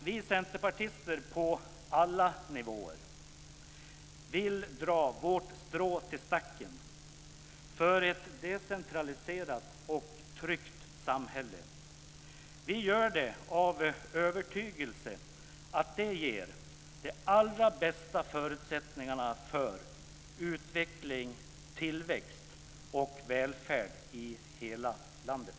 Vi centerpartister på alla nivåer vill dra vårt strå till stacken för ett decentraliserat och tryggt samhälle. Vi gör det av övertygelse om att det ger de allra bästa förutsättningarna för utveckling, tillväxt och välfärd i hela landet.